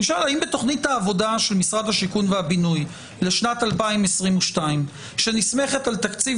האם בתכנית העבודה של משרד השיכון והבינוי לשנת 2022 שנסמכת על תקציב